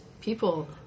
people